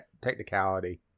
technicality